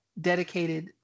dedicated